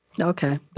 Okay